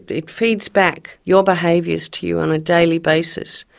it feeds back your behaviours to you on a daily basis,